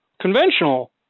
conventional